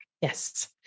Yes